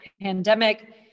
pandemic